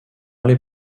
aller